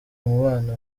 umubano